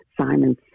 Simon